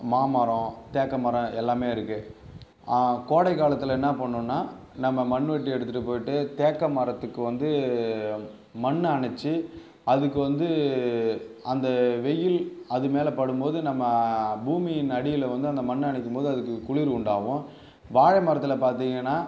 மாமரம் தேக்கு மரம் எல்லாமே இருக்குது கோடைகாலத்தில் என்ன பண்ணுன்னா நம்ம மண்வெட்டி எடுத்துகிட்டு போயிட்டு தேக்கு மரத்துக்கு வந்து மண்ணை அணைத்து அதுக்கு வந்து அந்த வெயில் அதுமேலே படும் போது நம்ம பூமியின் அடியில் வந்து அந்த மண்ணை அணைக்கும் போது அதுக்கு குளிர் உண்டாவும் வாழை மரத்தில் பார்த்திங்கனா